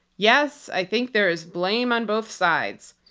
yes, i think there is blame on both sides.